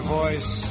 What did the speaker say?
voice